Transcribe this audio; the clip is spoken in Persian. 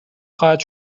خواهد